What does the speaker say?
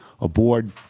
aboard